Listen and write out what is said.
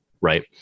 right